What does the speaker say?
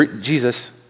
Jesus